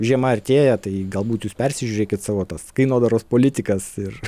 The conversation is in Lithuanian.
žiema artėja tai galbūt jūs persižiūrėkit savo tas kainodaros politikas ir